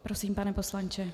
Prosím, pane poslanče.